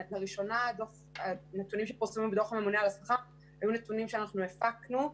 לראשונה הנתונים שפורסמו בדוח הממונה על השכר היו נתונים שאנחנו הפקנו,